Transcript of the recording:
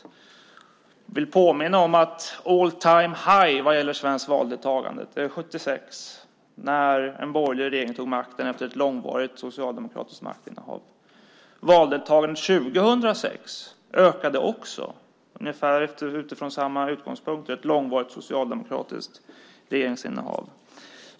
Jag vill påminna om att all-time-high vad gäller svenskt valdeltagande nåddes 1976 när en borgerlig regering tog makten efter ett långvarigt socialdemokratiskt maktinnehav. Också 2006 ökade valdeltagandet utifrån ungefär samma utgångspunkter, efter ett långvarigt socialdemokratiskt regeringsinnehav.